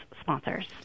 sponsors